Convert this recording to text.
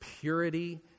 purity